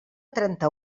trenta